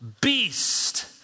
beast